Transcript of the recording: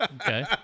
Okay